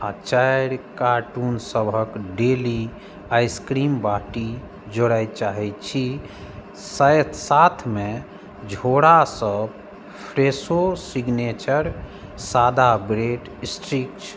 आ चारि कार्टूनसभक डेली आइसक्रीम बाटी जोड़य चाहैत छी साथमे झोरासभ फ्रेशो सिग्नेचर सादा ब्रेड स्टिक्स